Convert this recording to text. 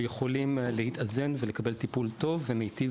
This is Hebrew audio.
ויכולים להתאזן ולקבל בקהילה טיפול טוב ומיטיב;